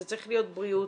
זה צריך להיות בריאות,